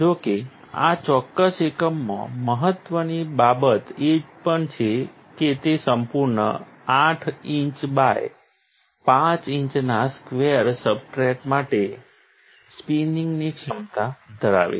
જો કે આ ચોક્કસ એકમમાં મહત્ત્વની બાબત એ પણ છે કે તે સંપૂર્ણ 5 ઇંચ બાય 5 ઇંચના સ્ક્વેર સબસ્ટ્રેટ માટે સ્પિનિંગની ક્ષમતા ધરાવે છે